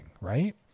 right